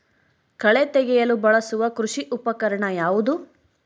ಕಳೆ ತೆಗೆಯಲು ಬಳಸುವ ಕೃಷಿ ಉಪಕರಣ ಯಾವುದು?